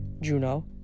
Juno